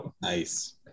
nice